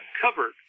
covered